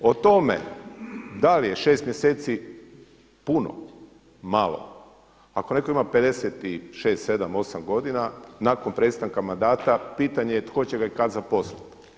O tome da li je 6 mjeseci puno, malo, ako netko ima 56, 57, 58 godina, nakon prestanka mandata pitanje je tko će ga i kada zaposliti.